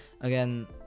again